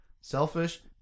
selfish